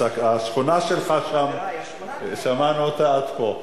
השכונה שלך, שמענו אותה עד פה.